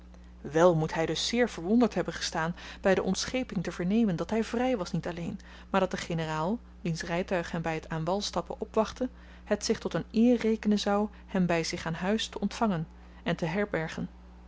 wèl moet hy dus zeer verwonderd hebben gestaan by de ontscheping te vernemen dat hy vry was niet alleen maar dat de generaal wiens rytuig hem by t aan wal stappen opwachtte het zich tot een eer rekenen zou hem by zich aan huis te ontvangen en te herbergen